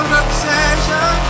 obsession